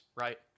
right